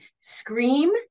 scream